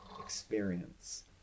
experience